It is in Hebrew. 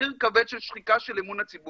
מחיר כבד של שחיקה של אמון הציבור,